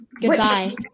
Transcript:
Goodbye